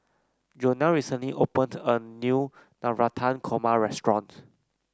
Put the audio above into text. Jonell recently opened a new Navratan Korma restaurant